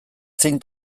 zein